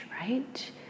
right